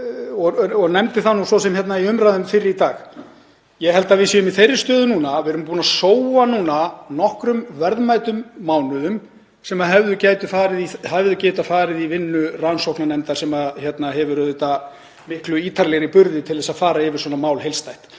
ég nefndi það svo sem í umræðum fyrr í dag, að við séum í þeirri stöðu núna að við erum búin að sóa núna nokkrum verðmætum mánuðum sem hefðu getað farið í vinnu rannsóknarnefndar sem hefur auðvitað miklu meiri burði til þess að fara yfir svona mál heildstætt.